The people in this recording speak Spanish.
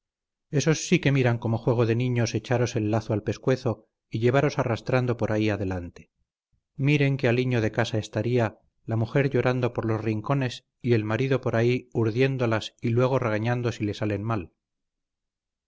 esos sí que miran como juego de niños echaros el lazo al pescuezo y llevaros arrastrando por ahí adelante miren que aliño de casa estaría la mujer llorando por los rincones y el marido por ahí urdiéndolas y luego regañando si le salen mal